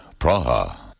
Praha